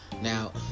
now